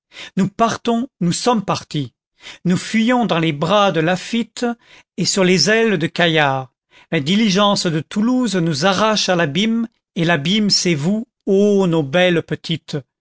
nous partons nous sommes partis nous fuyons dans les bras de laffitte et sur les ailes de caillard la diligence de toulouse nous arrache à l'abîme et l'abîme c'est vous ô nos belles petites